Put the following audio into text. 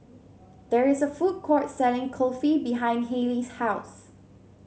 there is a food court selling Kulfi behind Hayley's house